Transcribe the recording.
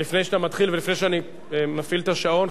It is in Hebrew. לפני שאתה מתחיל ולפני שאני מפעיל את השעון,